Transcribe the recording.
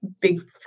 big